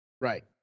Right